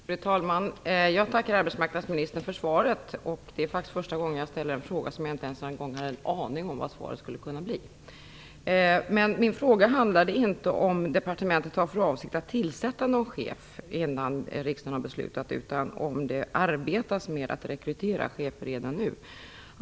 Fru talman! Jag tackar arbetsmarknadsministern för svaret. Det är faktiskt första gången jag ställde en fråga och inte hade en aning om vad jag skulle få för svar. Min fråga gällde inte om departementet har för avsikt att tillsätta någon chef innan riksdagen har fattat beslut utan om det arbetas med att rekrytera chefer redan nu.